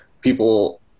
people